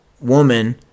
woman